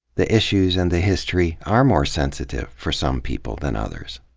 the issues and the history are more sensitive for some people than others.